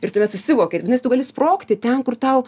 ir tada susivoki nes tu gali sprogti ten kur tau